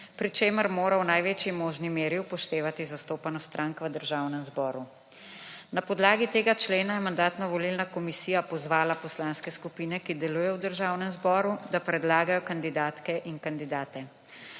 pri čemer mora v največji možni meri upoštevati zastopanost strank v Državnem zboru. Na podlagi tega člena, je Mandatno-volilna komisija pozvala Poslanske skupine, ki delujejo v Državnem zboru, da predlagajo kandidatke in kandidate.